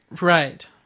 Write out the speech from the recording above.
right